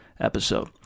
episode